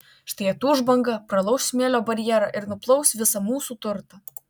štai atūš banga pralauš smėlio barjerą ir nuplaus visą mūsų turtą